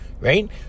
right